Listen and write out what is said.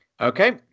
Okay